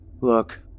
Look